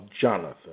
Jonathan